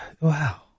Wow